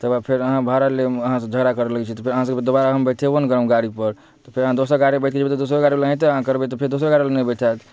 तेकर बाद फेर अहाँ भाड़ा लैमे अहाँ से झगड़ा करै लगैत छी तऽ फेर अहाँ सबके दोबारा हम बैठेबो नहि करब गाड़ी पर तऽ फेर अहाँ दोसर गाड़ी पर बैठके जेबै तऽ दोसरो गाड़ी बलाके एनाहिते अहाँ करबै तऽ फेर दोसर गाड़ी बला नहि बैठाएत